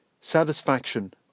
satisfaction